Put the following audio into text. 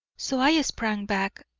so i sprang back,